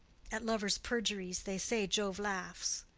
at lovers' perjuries, they say jove laughs.